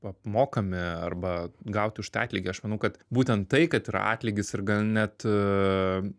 apmokami arba gauti už tai atlygį aš manau kad būten tai kad yra atlygis ir gan net